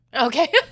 okay